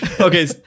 Okay